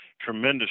tremendous